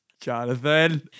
Jonathan